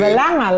אבל למה?